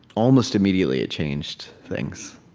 almost immediately, it changed things.